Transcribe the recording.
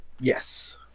Yes